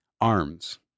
Arms